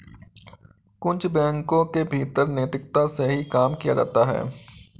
कुछ बैंकों के भीतर नैतिकता से ही काम किया जाता है